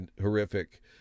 horrific